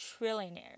trillionaire